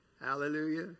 hallelujah